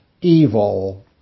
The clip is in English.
evil